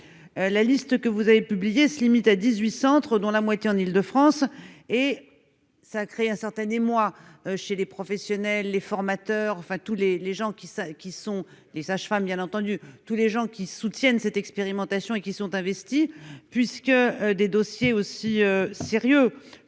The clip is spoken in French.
la liste que vous avez publiés se limitent à 18 Centre, dont la moitié en Île-de-France et ça crée un certain émoi chez les professionnels et formateurs, enfin tous les les gens qui ça, qui sont les sages-femmes, bien entendu, tous les gens qui soutiennent cette expérimentation et qui sont investis, puisque des dossiers aussi sérieux